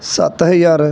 ਸੱਤ ਹਜ਼ਾਰ